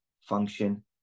function